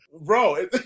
bro